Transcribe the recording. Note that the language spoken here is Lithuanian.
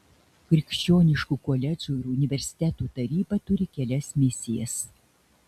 krikščioniškų koledžų ir universitetų taryba turi kelias misijas